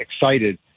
excited